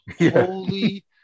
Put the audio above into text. Holy